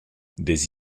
des